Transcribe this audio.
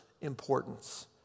importance